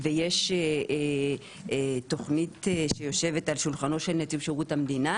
ויש תכנית שיושבת על שולחנו של נציב שירות המדינה